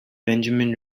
benjamin